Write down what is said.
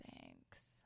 thanks